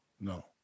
no